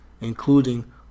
including